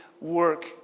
work